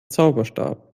zauberstab